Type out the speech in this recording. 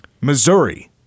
Missouri